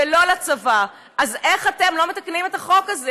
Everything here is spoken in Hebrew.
ולא לצבא, אז איך אתם לא מתקנים את החוק הזה?